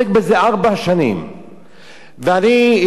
אני התחלתי לעסוק בסוגיה הזאת